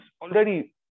already